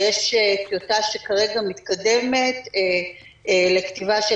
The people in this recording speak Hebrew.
ויש טיוטה שכרגע מתקדמת לכתיבה של